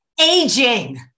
aging